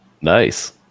Nice